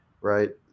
right